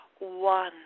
one